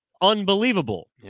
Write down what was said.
unbelievable